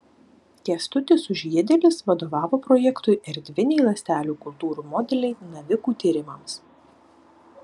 kęstutis sužiedėlis vadovavo projektui erdviniai ląstelių kultūrų modeliai navikų tyrimams